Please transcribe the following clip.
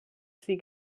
sie